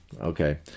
Okay